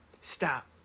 Stop